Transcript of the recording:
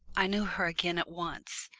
i knew her again at once.